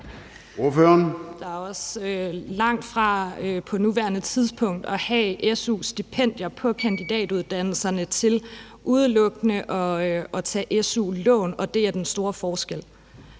Der er også langt fra på nuværende tidspunkt at have su-stipendier på kandidatuddannelserne til udelukkende at tage su-lån. Og det er den store forskel.